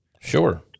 sure